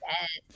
Yes